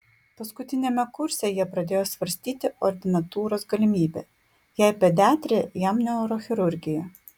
paskutiniame kurse jie pradėjo svarstyti ordinatūros galimybę jai pediatrija jam neurochirurgija